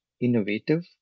innovative